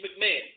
McMahon